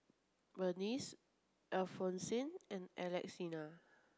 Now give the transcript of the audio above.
Berneice Alphonsine and Alexina